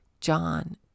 John